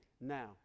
now